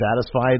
satisfied